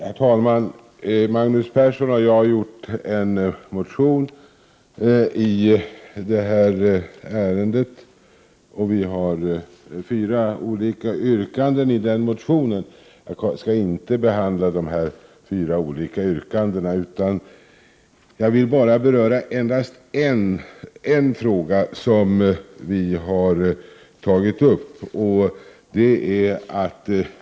Herr talman! Magnus Persson och jag har väckt en motion i detta ärende. I denna motion finns det fyra olika yrkanden. Jag skall inte behandla dessa nu. Men en av de frågor som vi har tagit upp vill jag beröra.